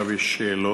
עכשיו יש שאלות.